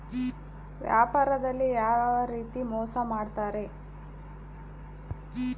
ವ್ಯಾಪಾರದಲ್ಲಿ ಯಾವ್ಯಾವ ರೇತಿ ಮೋಸ ಮಾಡ್ತಾರ್ರಿ?